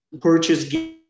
purchase